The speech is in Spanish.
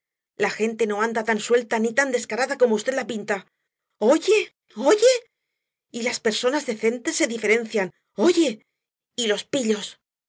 la gente no anda tan suelta ni tan descarada como v la pinta oye oye y las personas decentes se diferencian oye de los pillos